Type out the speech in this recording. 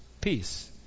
peace